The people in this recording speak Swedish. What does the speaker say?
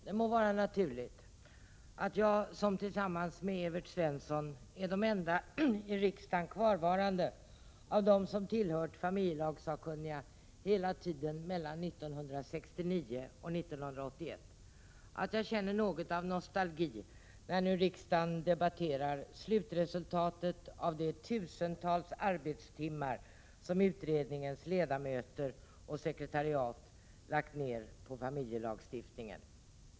Det må vara naturligt att jag, som tillsammans med Evert Svensson är de enda i riksdagen kvarvarande av dem som tillhörde familjelagssakkunniga hela tiden mellan 1969 och 1981, känner något av nostalgi när nu riksdagen debatterar slutresultatet av de tusentals arbetstimmar som utredningens ledamöter och sekretariat lagt ner på familjelagstiftningen.